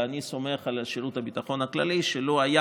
ואני סומך על שירות הביטחון הכללי שלו היה